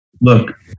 Look